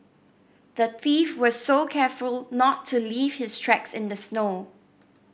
the thief was so careful not to leave his tracks in the snow